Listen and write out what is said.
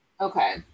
Okay